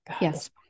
Yes